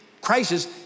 crisis